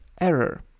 error